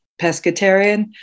pescatarian